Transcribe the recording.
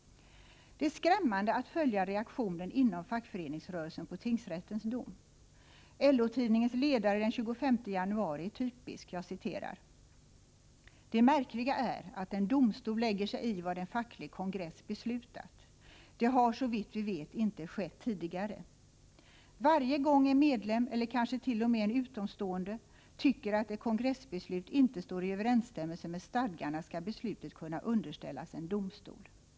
Det är skrämmande att följa reaktionen inom fackföreningsrörelsen på tingsrättens dom. LO-tidningens ledare den 25 januari är typisk: ”Det märkliga är att en domstol lägger sig i vad en facklig kongress beslutat. Det har såvitt vi vet inte skett tidigare. ——— Varje gång en medlem -— eller kanske till och med en utomstående? — tycker att ett kongressbeslut inte står i överensstämmelse med stadgarna ska beslutet kunna underställas en domstol.